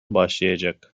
başlayacak